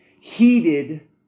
heated